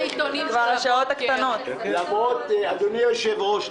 אדוני היושב-ראש,